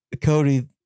Cody